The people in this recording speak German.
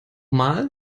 mal